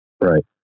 Right